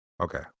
Okay